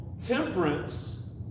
temperance